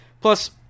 Plus